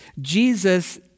Jesus